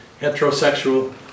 heterosexual